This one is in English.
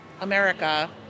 America